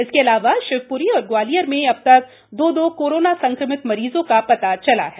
इसके अलावा शिव री और ग्वालियर में अब तक दो दो कोरोना संक्रमित मरीजों का ाता चला है